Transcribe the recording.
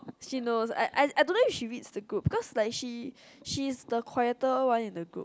she knows I I I don't know if she reads the group because like she she is the quieter one in the group